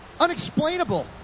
Unexplainable